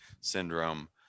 syndrome